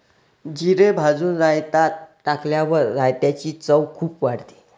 जिरे भाजून रायतात टाकल्यावर रायताची चव खूप वाढते